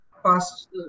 past